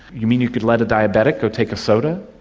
you mean, you could let a diabetic go take a soda?